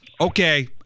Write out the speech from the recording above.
okay